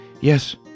Yes